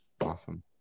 awesome